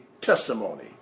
testimony